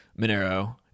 Monero